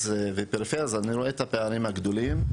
ובפריפריה אני רואה את הפערים הגדולים.